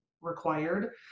required